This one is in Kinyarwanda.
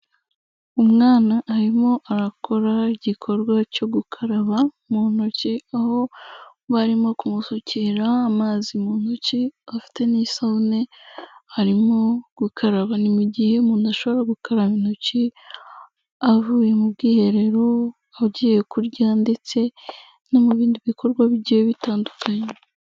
Umwana arimo arakora igikorwa cyo gukaraba mu ntoki, aho barimo kumusukirara amazi mu ntoki afite n'isobune arimo gukaraba. Ni mu gihe umuntu ashobora gukaraba intoki avuye mu bwiherero, agiye kurya ndetse no mu bindi bikorwa bigiye bitandukanye.